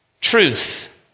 truth